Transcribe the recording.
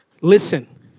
listen